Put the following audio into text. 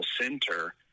center